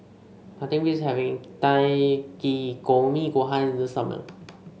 nothing beats having Takikomi Gohan in the summer